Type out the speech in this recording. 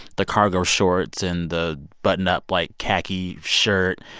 the cargo shorts and the button-up, like, khaki shirt.